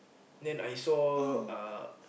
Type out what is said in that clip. then I saw uh